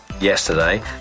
yesterday